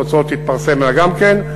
התוצאות תתפרסמנה גם כן.